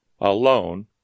alone